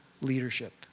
leadership